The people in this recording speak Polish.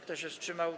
Kto się wstrzymał?